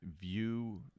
view